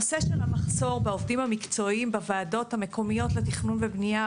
הנושא של המחסור בעובדים המקצועיים בוועדות המקומיות לתכנון ובנייה,